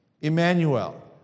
Emmanuel